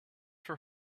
for